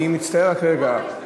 אני מצטער, רק רגע.